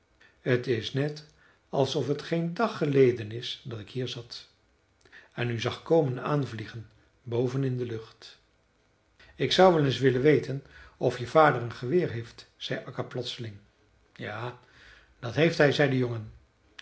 t is net alsof het geen dag geleden is dat ik hier zat en u zag komen aanvliegen boven in de lucht ik zou wel eens willen weten of je vader een geweer heeft zei akka plotseling ja dat heeft hij zei de jongen